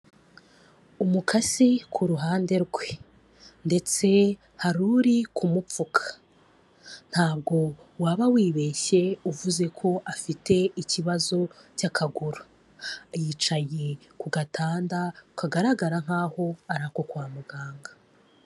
Umukasi kuruhande rwe ndetse hariri kumupfuka ntabwo waba wibeshye uvuze ko afite ikibazo cy'akaguru, yicaye ku gatanda kagaragara nk'aho ari ako kwa muganga.